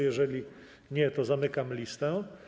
Jeżeli nie, to zamykam listę.